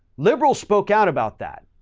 liberals spoke out about that.